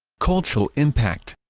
cultural impact